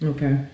Okay